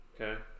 okay